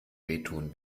wehtun